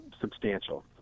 substantial